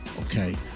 Okay